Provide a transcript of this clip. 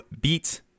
beat